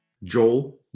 Joel